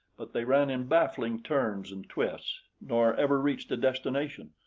but they ran in baffling turns and twists, nor ever reached a destination,